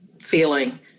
feeling